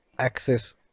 access